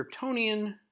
Kryptonian